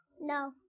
No